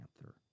Panther